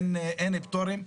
אין פטורים.